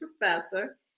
professor